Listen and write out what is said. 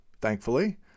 thankfully